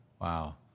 Wow